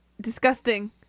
Disgusting